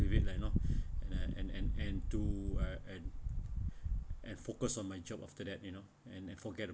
leave it lah you know and and and and and to or and and focus on my job after that you know and then forget it